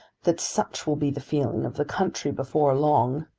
that such will be the feeling of the country before long,